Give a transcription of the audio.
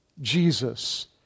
Jesus